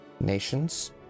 nations